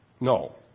No